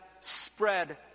spread